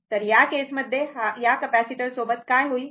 तर या केस मध्ये या कॅपेसिटर सोबत काय होईल